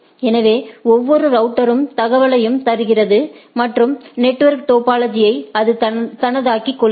எனவே ஒவ்வொரு ரவுட்டரும் தகவலையும் தருகிறது மற்றும் நெட்வொர்க் டோபாலஜியை அது தனதாக்கிக் கொள்கிறது